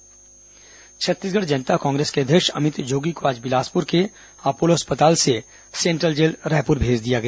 अमित जोगी मामला छत्तीसगढ़ जनता कांग्रेस के अध्यक्ष अमित जोगी को आज बिलासपुर के अपोलो अस्पताल से सेंट्रल जेल रायपुर भेज दिया गया